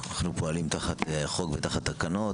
אנו פועלים תחת החוק ותחת תקנות.